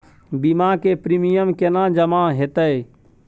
बीमा के प्रीमियम केना जमा हेते?